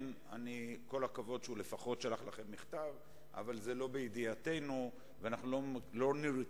אני אבקש מחברי הבית להעביר את הדיון לוועדת